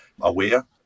aware